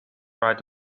right